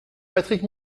patrick